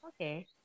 Okay